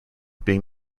being